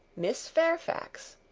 miss fairfax!